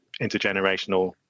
intergenerational